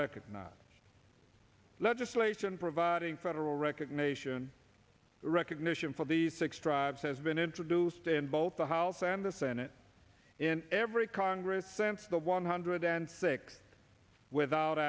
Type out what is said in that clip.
recognized legislation providing federal recognition or recognition for the six tribes has been introduced in both the house and the senate in every congress since the one hundred and six without